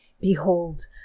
Behold